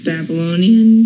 Babylonian